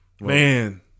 Man